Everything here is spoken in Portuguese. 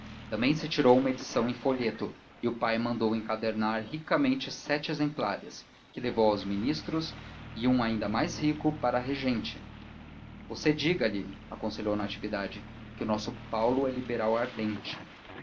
também se tirou uma edição em folheto e o pai mandou encadernar ricamente sete exemplares que levou aos ministros e um ainda mais rico para a regente você diga-lhe aconselhou natividade que o nosso paulo é liberal ardente